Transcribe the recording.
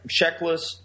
checklists